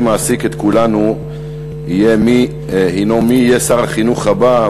מעסיק את כולנו הוא מי יהיה שר החינוך הבא,